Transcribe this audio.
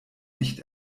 nicht